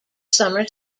summer